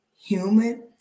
human